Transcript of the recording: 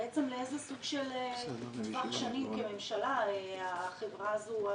בעצם מה הצפי של טווח שנים של עבודת החברה הזאת?